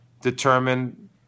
determined